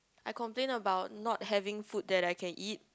I complain about not having food that I can eat